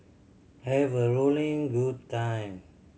have a rolling good time